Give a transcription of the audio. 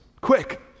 quick